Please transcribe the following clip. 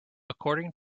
according